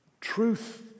truth